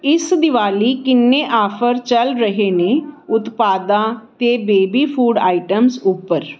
ਇਸ ਦਿਵਾਲੀ ਕਿੰਨੇ ਆਫ਼ਰ ਚੱਲ ਰਹੇ ਨੇ ਉਤਪਾਦਾਂ ਅਤੇ ਬੇਬੀ ਫੂਡ ਆਇਟਮਸ ਉੱਪਰ